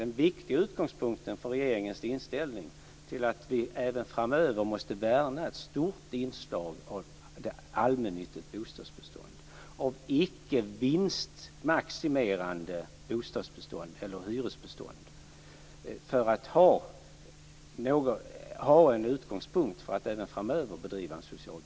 Den viktiga utgångspunkten för regeringens inställning är att vi även framöver måste värna ett stort inslag av allmännyttigt bostadsbestånd, icke ett vinstmaximerat hyresbestånd, för att även framöver kunna bedriva en social bostadspolitik.